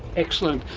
excellent.